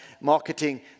marketing